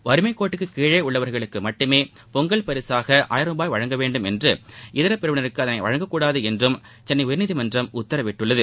வறுமைக்கோட்டு கீழே உள்ளவர்களுக்கு மட்டுமே பொங்கல் பரிசாக ஆயிரம் ரூபாய் வழங்க வேண்டும் என்றும் இதர பிரிவினருக்கு அதனை வழங்கக்கூடாது என்றும் சென்னை உயர்நீதிமன்றம் உத்தரவிட்டுள்ளது